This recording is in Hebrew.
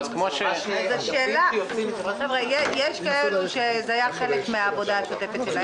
יש מי שזה היה חלק מהעבודה השוטפת שלהם.